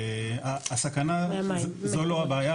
הסכנה זו לא הבעיה,